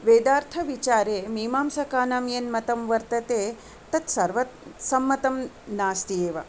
वेदार्थविचारे मीमांसकानां यन्मतं वर्तते तत् सर्व सर्वसम्मतं नास्त्येव